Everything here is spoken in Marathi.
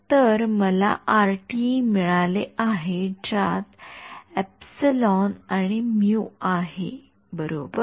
तर मला मिळाले आहे ज्यात आणि आहे बरोबर